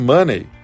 Money